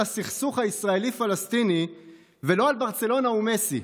הסכסוך הישראלי פלסטיני ולא על ברצלונה ומסי.